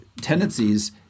tendencies